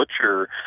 butcher